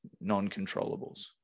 non-controllables